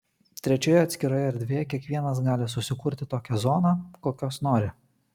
trečioje atskiroje erdvėje kiekvienas gali susikurti tokią zoną kokios nori